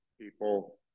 People